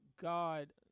God